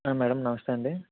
madam నమస్తే అండి